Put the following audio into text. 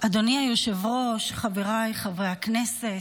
אדוני היושב-ראש, חבריי חברי הכנסת,